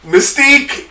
Mystique